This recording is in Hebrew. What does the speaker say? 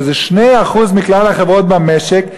שזה 2% מכלל החברות במשק,